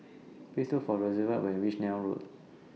Please Look For Rosevelt when YOU REACH Neil Road